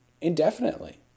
indefinitely